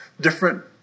different